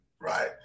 right